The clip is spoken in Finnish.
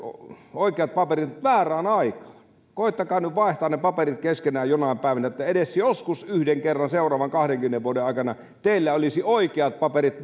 oikeat paperit mutta väärään aikaan koettakaa nyt vaihtaa ne paperit keskenään jonain päivänä että edes joskus yhden kerran seuraavien kahdenkymmenen vuoden aikana teillä olisi oikeat paperit